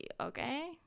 okay